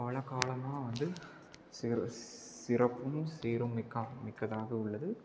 காலகாலமாக வந்து சிற சிறப்புமே சீரும்மிக்க மிக்கதாக உள்ளது